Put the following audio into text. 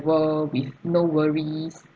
world with no worries